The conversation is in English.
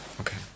Okay